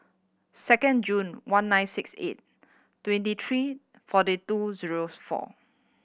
second June one nine six eight twenty three forty two zero four